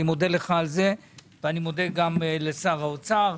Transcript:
אני מודה לך על זה, ואני מודה גם לשר האוצר.